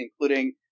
including